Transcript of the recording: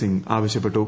സിംഗ് ആവശ്യപ്പെട്ടു